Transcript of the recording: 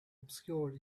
obscured